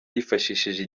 yifashishije